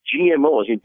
GMOs